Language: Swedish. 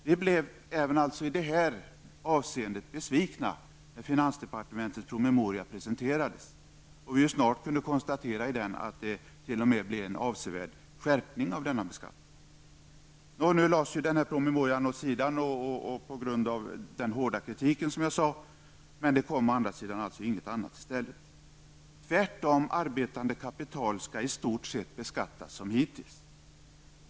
Vi blev även i detta avseende besvikna när finansdepartementets promemoria presenterades och vi ju snart kunde konstatera att det t.o.m. blev en avsevärd skärpning av denna beskattning. Nå, nu lades denna promemoria åt sidan på grund av mycket hård kritik. Men det kom å andra sidan inte något annat förslag i stället, utan arbetande kapital skall i stort sett beskattas som hittills.